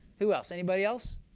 who else? anybody else?